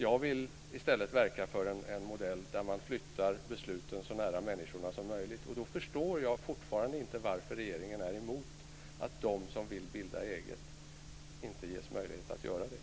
Jag vill i stället verka för en modell där man flyttar besluten så nära människorna som möjligt, och då förstår jag fortfarande inte varför regeringen är emot att de som vill bilda eget ges möjlighet att göra det.